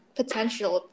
potential